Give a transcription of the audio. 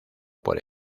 por